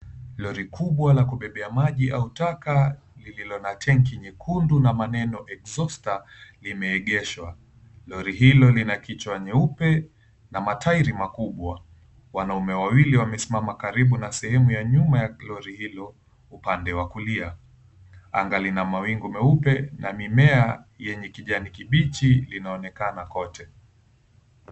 Lori kubwa la kubebea maji au taka lililo na tangi nyekundu na neno exhauster limeegeshwa. Lori hilo lina kichwa nyeupe na matairi makubwa. Wanaume wawili wamesimama karibu na sehemu ya nyuma ya lori hilo upande wa kulia. Anga ina mawingu meupe na mimea ya kijani kibichi inaonekana kote.